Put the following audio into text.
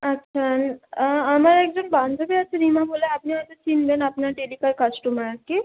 আচ্ছা আমার একজন বান্ধবী আছে রিমা বলে আপনি হয় তো চিনবেন আপনার ডেলিকার কাস্টমার আর কি